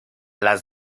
las